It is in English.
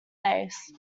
bass